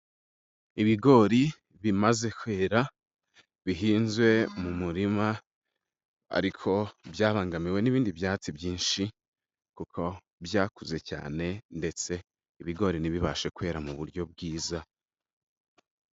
Ibigori bimaze kwera bihinzwe mu murima ariko byabangamiwe n'ibindi byatsi byinshi, kuko byakuze cyane ndetse ibigori ntibibashe kwera mu buryo bwiza.